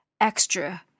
extra